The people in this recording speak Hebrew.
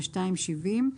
(70)